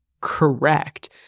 correct